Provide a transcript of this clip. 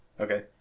okay